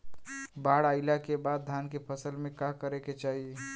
बाढ़ आइले के बाद धान के फसल में का करे के चाही?